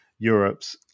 Europe's